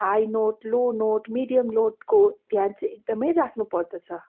high note low note medium नोटको ध्यान चाहिँ एकदमै राख्नु पर्दछ